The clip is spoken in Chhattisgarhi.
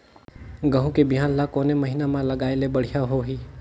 गहूं के बिहान ल कोने महीना म लगाय ले बढ़िया होही?